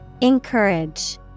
Encourage